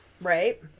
right